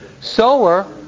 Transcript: Sower